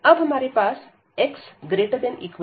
अब हमारे पास x ≥ 1